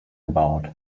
gebaut